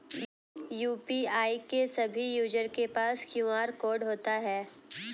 UPI के सभी user के पास क्यू.आर कोड होता है